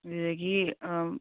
ꯑꯗꯨꯗꯒꯤ